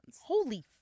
Holy